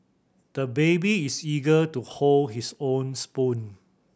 the baby is eager to hold his own spoon